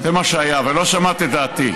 זה מה שהיה, ולא שמעת את דעתי.